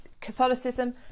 Catholicism